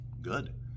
good